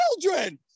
children